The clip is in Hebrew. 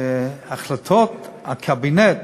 שהחלטות הקבינט